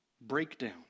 breakdown